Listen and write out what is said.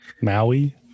maui